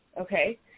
Okay